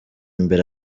imbere